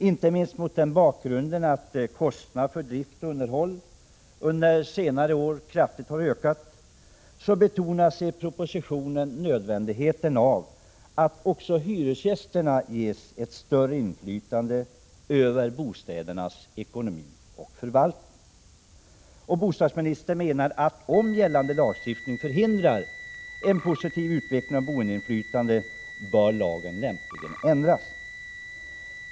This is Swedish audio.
Inte minst mot bakgrund av att kostnader för drift och underhåll under senare år kraftigt har ökat betonas i propositionen nödvändigheten av att också hyresgästerna ges större inflytande över bostädernas ekonomi och förvaltning. Bostadsministern menar att om gällande lagstiftning förhindrar en positiv utveckling av boendeinflytande bör lagen lämpligen ändras.